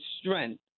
strength